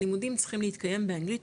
הלימודים צריכים להתקיים באנגלית,